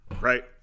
right